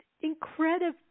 incredible